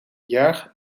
jaar